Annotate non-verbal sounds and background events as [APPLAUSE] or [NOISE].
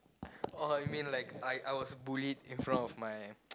oh you mean like I I was bullied in front of my [NOISE]